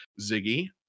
Ziggy